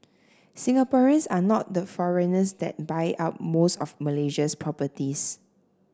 Singaporeans are not the foreigners that buy up most of Malaysia's properties